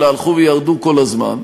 אלא הלכו וירדו כל הזמן.